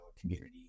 community